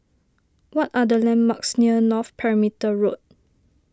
what are the landmarks near North Perimeter Road